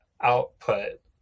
output